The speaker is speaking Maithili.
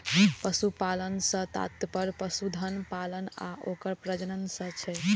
पशुपालन सं तात्पर्य पशुधन पालन आ ओकर प्रजनन सं छै